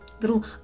little